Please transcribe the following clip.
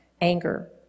anger